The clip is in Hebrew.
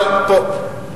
אבל טוב.